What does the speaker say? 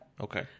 okay